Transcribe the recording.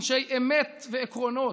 אנשי אמת ועקרונות,